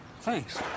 Thanks